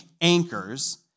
anchors